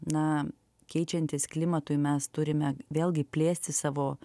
na keičiantis klimatui mes turime vėlgi plėsti savo